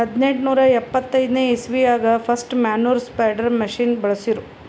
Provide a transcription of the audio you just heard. ಹದ್ನೆಂಟನೂರಾ ಎಪ್ಪತೈದ್ ಇಸ್ವಿದಾಗ್ ಫಸ್ಟ್ ಮ್ಯಾನ್ಯೂರ್ ಸ್ಪ್ರೆಡರ್ ಮಷಿನ್ ಬಳ್ಸಿರು